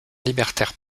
libertaire